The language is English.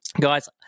Guys